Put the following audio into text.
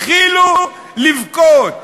התחילו לבכות.